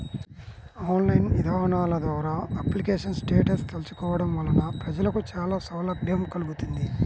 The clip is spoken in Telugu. ఆన్లైన్ ఇదానాల ద్వారా అప్లికేషన్ స్టేటస్ తెలుసుకోవడం వలన ప్రజలకు చానా సౌలభ్యం కల్గుతుంది